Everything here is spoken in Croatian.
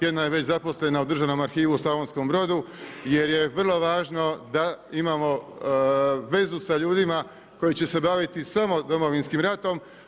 Jedna je već zaposlena u Državnom arhivu u Slavonskom Brodu, jer je vrlo važno da imamo vezu sa ljudima koji će se baviti samo Domovinskim ratom.